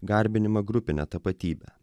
garbinimą grupinę tapatybę